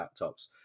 laptops